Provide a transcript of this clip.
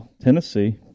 Tennessee